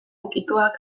ukituak